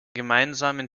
gemeinsamen